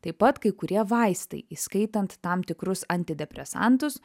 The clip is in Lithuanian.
taip pat kai kurie vaistai įskaitant tam tikrus antidepresantus